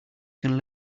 can